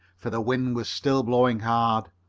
for the wind was still blowing hard,